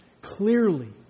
Clearly